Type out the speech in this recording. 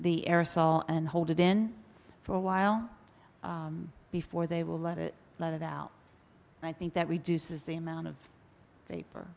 the aerosol and hold it in for a while before they will let it let it out and i think that reduces the amount of vap